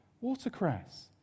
Watercress